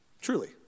truly